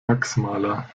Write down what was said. wachsmaler